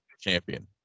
champion